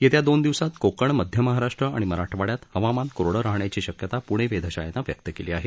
येत्या दोन दिवसात कोकण मध्य महाराष्ट्र आणि मराठवाडयात हवामान कोरड राहण्याची शक्यता प्णे वेधशाळेनं व्यक्त केली आहे